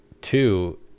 two